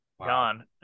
gone